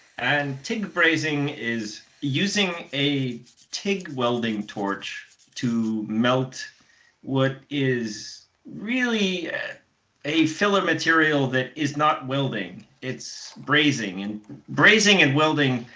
and tig brazing is using a tig welding torch to melt what is really a filler material that is not welding, its brazing. and brazing and welding,